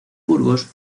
burgos